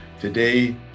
today